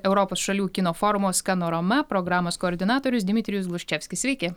europos šalių kino forumo skanorama programos koordinatorius dmitrijus gluščevskis sveiki